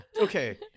okay